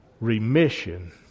remission